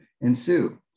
ensue